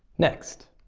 next,